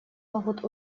могут